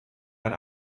ein